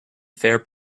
fair